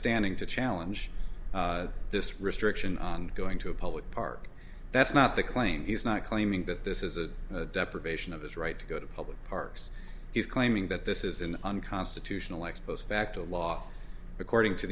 standing to challenge this restriction on going to a public park that's not the claim he's not claiming that this is a deprivation of his right to go to public parks he's claiming that this is an unconstitutional ex post facto law according to